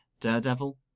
Daredevil